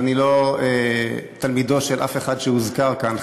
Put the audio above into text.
ואני לא תלמידו של אף אחד שהוזכר כאן,